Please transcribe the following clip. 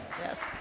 Yes